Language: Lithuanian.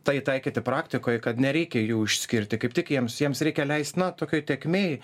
tai taikyti praktikoj kad nereikia jų išskirti kaip tik jiems jiems reikia leist na tokioj tėkmėj